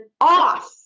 off